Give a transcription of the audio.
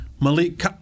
Malik